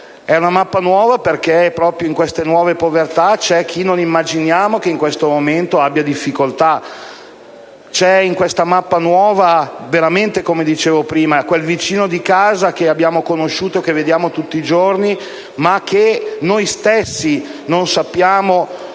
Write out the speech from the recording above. È una mappa nuova, perché proprio in queste nuove povertà ci è chi non immaginiamo che in questo momento abbia difficoltà; in essa c'è veramente, come dicevo prima, quel vicino di casa che abbiamo conosciuto e che vediamo tutti i giorni, ma che noi stessi non sappiamo